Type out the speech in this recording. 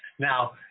Now